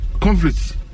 conflicts